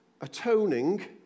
Atoning